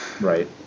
Right